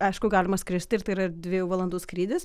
aišku galima skristi ir tai yra dviejų valandų skrydis